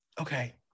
Okay